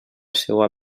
seua